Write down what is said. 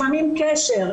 לפעמים קשר,